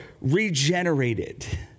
regenerated